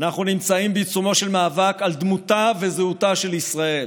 אנחנו נמצאים בעיצומו של מאבק על דמותה וזהותה של ישראל.